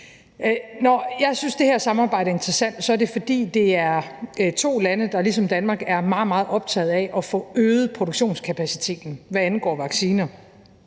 Når jeg synes, at det her samarbejde er interessant, er det, fordi det er to lande, der ligesom Danmark er meget, meget optagede af at få øget produktionskapaciteten, hvad angår vacciner.